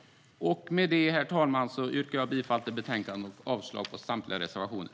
Med det, herr talman, yrkar jag bifall till förslaget i betänkandet och avslag på samtliga reservationer.